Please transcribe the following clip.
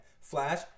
Flash